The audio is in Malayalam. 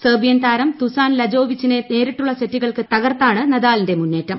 സെർബിയൻ താരം തുസാൻ ലാജോവിച്ചിനെ നേരിട്ടുള്ള സെറ്റുകൾക്ക് തകർത്താണ് നദാലിന്റെ മുന്നേറ്റം